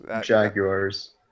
Jaguars